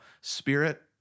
Spirit